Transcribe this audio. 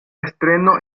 estreno